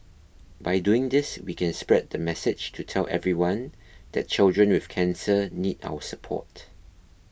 by doing this we can spread the message to tell everyone that children with cancer need our support